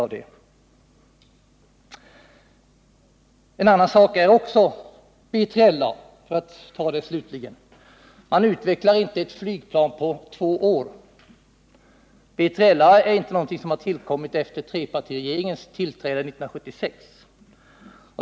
Vad slutligen gäller BILA, så utvecklar man inte ett flygplan på två år.